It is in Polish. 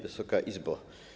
Wysoka Izbo!